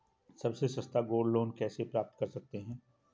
सबसे सस्ता gold loan कैसे प्राप्त कर सकते हैं?